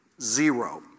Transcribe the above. Zero